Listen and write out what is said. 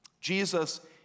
Jesus